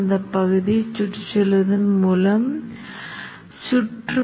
அதன் பிறகு நாம் பின்னணி நிறத்தை வெள்ளையாகவும் முன்புற நிறத்தை கருப்பு நிறமாகவும் மாற்றலாம்